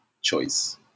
choice